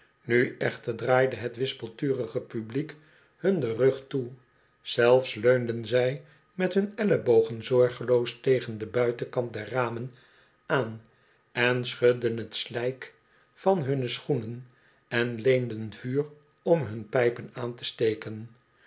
nu echter draaide het wispelturige publiek hun den rug toe zelfs leunden zij met hun ellebogen zorgeloos tegen den buitenkant der ramen aan en schudden t slik van hunne schoenen en leenden vuur om hun pijpen aan te steken